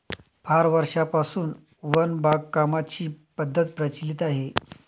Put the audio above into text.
फार पूर्वीपासून वन बागकामाची पद्धत प्रचलित आहे